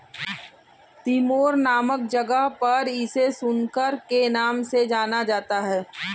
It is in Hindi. तिमोर नामक जगह पर इसे सुकर के नाम से जाना जाता है